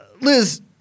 Liz